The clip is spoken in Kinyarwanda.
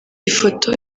ifoto